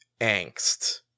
angst